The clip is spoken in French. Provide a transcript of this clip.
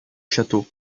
château